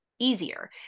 easier